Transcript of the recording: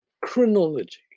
Chronology